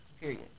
Period